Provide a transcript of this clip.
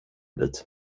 dit